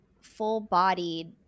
full-bodied